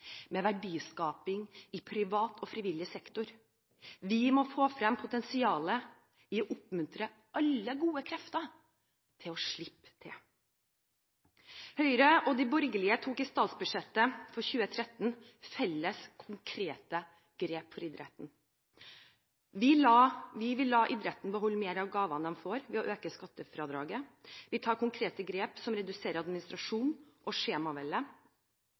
med verdiskaping i privat og frivillig sektor. Vi må få frem potensialet i å oppmuntre alle gode krefter til å slippe til. Høyre og de borgerlige tok i statsbudsjettet for 2013 felles konkrete grep for idretten: Vi vil la idretten beholde mer av gavene de får ved å øke skattefradraget. Vi tar konkrete grep som reduserer administrasjon og